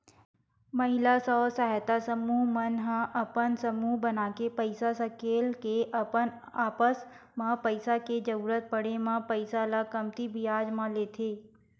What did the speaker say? महिला स्व सहायता समूह मन ह अपन समूह बनाके पइसा सकेल के अपन आपस म पइसा के जरुरत पड़े म पइसा ल कमती बियाज म लेथे